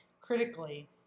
critically